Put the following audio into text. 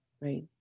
right